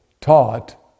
taught